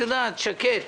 את יודעת שקט.